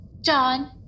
John